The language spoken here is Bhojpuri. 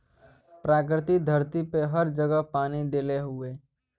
प्रकृति धरती पे हर जगह पानी देले हउवे